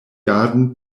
garden